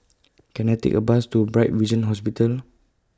Can I Take A Bus to Bright Vision Hospital